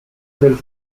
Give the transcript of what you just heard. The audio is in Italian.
del